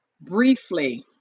briefly